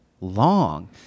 long